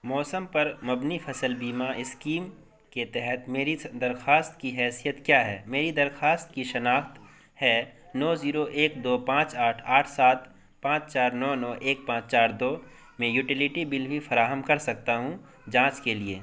موسم پر مبنی فصل بیمہ اسکیم کے تحت میری درخواست کی حیثیت کیا ہے میری درخواست کی شناخت ہے نو زیرو ایک دو پانچ آٹھ آٹھ سات پانچ چار نو نو ایک پانچ چار دو میں یوٹیلٹی بل بھی فراہم کر سکتا ہو جانچ کے لیے